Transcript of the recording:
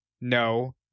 no